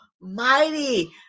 mighty